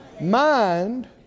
Mind